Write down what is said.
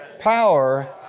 power